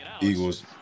Eagles